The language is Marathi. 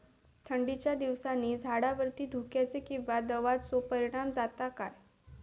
थंडीच्या दिवसानी झाडावरती धुक्याचे किंवा दवाचो परिणाम जाता काय?